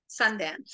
Sundance